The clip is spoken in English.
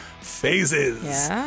Phases